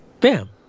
Bam